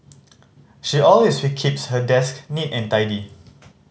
she always keeps her desk neat and tidy